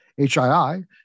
HII